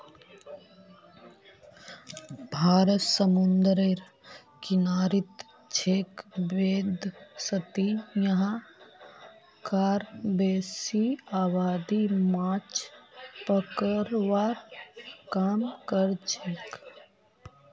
भारत समूंदरेर किनारित छेक वैदसती यहां कार बेसी आबादी माछ पकड़वार काम करछेक